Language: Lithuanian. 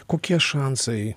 kokie šansai